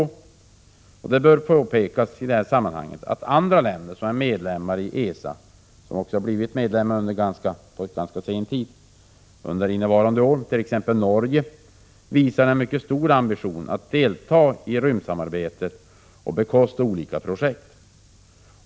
I sammanhanget bör påpekas att andra länder som är medlemmar i ESA och som blivit medlemmar under innevarande år, t.ex. Norge, visar en stor ambition att delta i rymdsamarbetet och bekosta olika projekt.